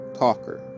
talker